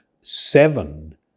seven